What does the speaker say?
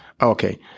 Okay